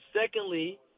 Secondly